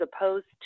opposed